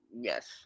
Yes